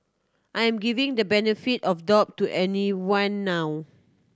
I am giving the benefit of doubt to everyone now